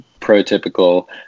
prototypical